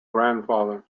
grandfather